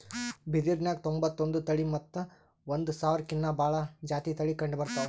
ಬಿದಿರ್ನ್ಯಾಗ್ ತೊಂಬತ್ತೊಂದು ತಳಿ ಮತ್ತ್ ಒಂದ್ ಸಾವಿರ್ಕಿನ್ನಾ ಭಾಳ್ ಜಾತಿ ತಳಿ ಕಂಡಬರ್ತವ್